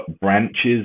branches